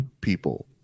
people